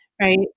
right